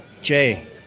jay